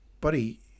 buddy